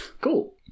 Cool